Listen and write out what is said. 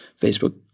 Facebook